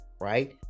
right